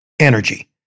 energy